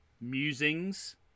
musings